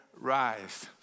rise